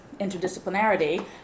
interdisciplinarity